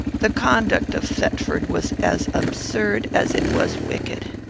the conduct of thetford was as absurd as it was wicked.